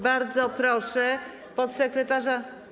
Bardzo proszę podsekretarza.